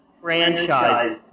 franchise